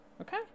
Okay